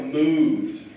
moved